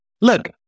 Look